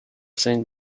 saint